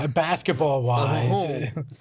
basketball-wise